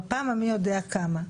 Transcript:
בפעם המי יודע כמה,